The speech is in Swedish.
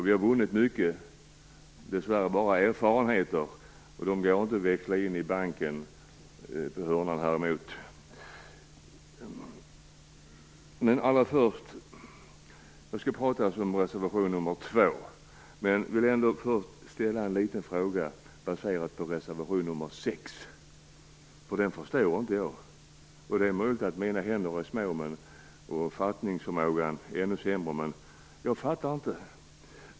Vi har vunnit mycket - dess värre bara erfarenheter och de kan inte växlas in på banken på hörnan mittemot. Jag hade tänkt prata om reservation nr 2, men först har jag en liten fråga baserad på reservation nr 6. Jag förstår inte den reservationen. Det är möjligt att mina händer är små och min fattningsförmåga ännu sämre, men jag fattar inte vad som här sägs.